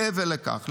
מעבר לכך,